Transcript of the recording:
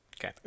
Okay